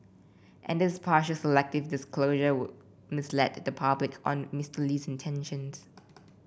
and this partial selective disclosure would mislead the public on Mr Lee's intentions